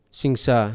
singsa